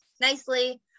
nicely